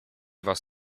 was